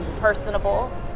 personable